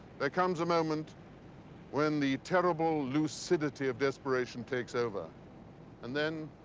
there comes a moment when the terrible lucidity of desperation takes over and then.